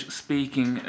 speaking